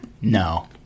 no